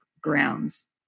grounds